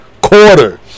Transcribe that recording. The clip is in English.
quarter